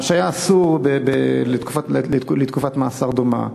היה אסור לתקופת מאסר דומה.